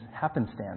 happenstance